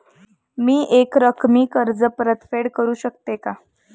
मी एकरकमी कर्ज परतफेड करू शकते का?